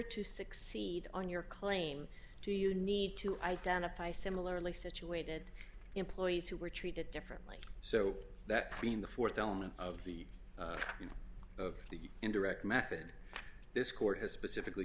to succeed on your claim do you need to identify similarly situated employees who were treated differently so that pretty in the th element of the of the indirect method this court has specifically